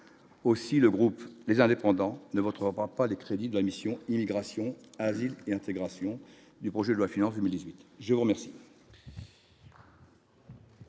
aussi le groupe des indépendants ne votera pas les crédits de la mission Immigration, asile et intégration du projet de loi finance Milicevic je vous remercie.